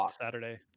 Saturday